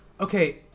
okay